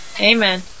Amen